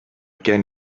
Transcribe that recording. gen